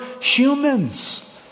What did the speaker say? humans